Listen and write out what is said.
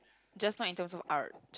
just not in terms of art